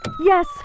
Yes